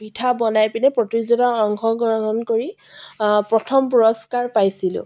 পিঠা বনাই পিনে প্ৰতিযোগিতাত অংশগ্ৰহণ কৰি প্ৰথম পুৰস্কাৰ পাইছিলোঁ